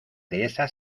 dehesa